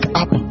up